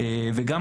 בנוסף,